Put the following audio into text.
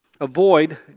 Avoid